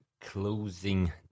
closing